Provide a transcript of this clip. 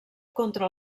contra